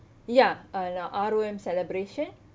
ya uh R_O_M celebration